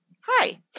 Hi